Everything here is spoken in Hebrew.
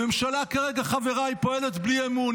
הממשלה כרגע, חבריי, פועלת בלי אמון.